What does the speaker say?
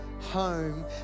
home